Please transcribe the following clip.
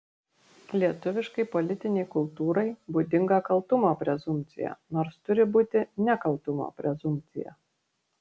lietuviškai politinei kultūrai būdinga kaltumo prezumpcija nors turi būti nekaltumo prezumpcija